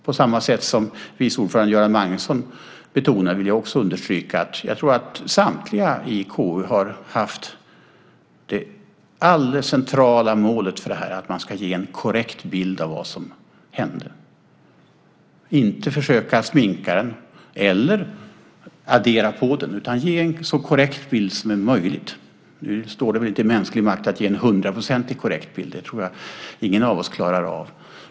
På samma sätt som vice ordförande Göran Magnusson betonade vill jag också understryka att jag tror att samliga i KU har haft det alldeles centrala målet att man ska ge en korrekt bild av vad som hände. Man ska inte försöka att sminka den eller addera på den utan ge en så korrekt bild som är möjligt. Nu står det väl inte i mänsklig makt att ge en hundraprocentig korrekt bild. Det tror jag att ingen av oss klarar av.